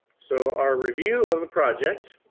so our review of the project,